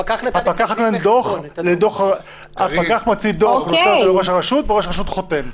הפקח נותן דוח לראש הרשות, וראש הרשות חותם.